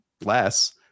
less